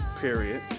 period